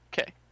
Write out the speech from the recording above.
Okay